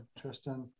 tristan